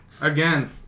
Again